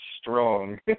strong